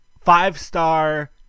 five-star